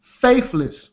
faithless